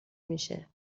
میشه